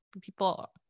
people